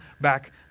back